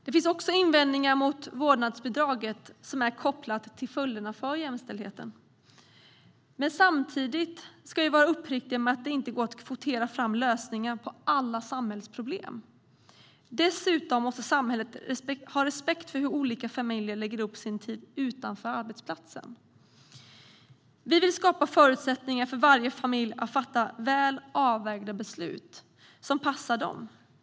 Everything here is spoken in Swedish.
Det finns också invändningar mot vårdnadsbidraget som är kopplade till följderna för jämställdheten. Men samtidigt ska vi vara uppriktiga med att det inte går att kvotera fram lösningar på alla samhällsproblem. Dessutom måste samhället ha respekt för hur olika familjer lägger upp sin tid utanför arbetsplatsen. Vi vill skapa förutsättningar för varje familj att fatta väl avvägda beslut som passar dem.